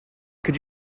could